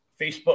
Facebook